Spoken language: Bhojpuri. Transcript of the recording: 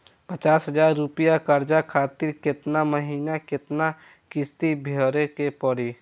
पचास हज़ार रुपया कर्जा खातिर केतना महीना केतना किश्ती भरे के पड़ी?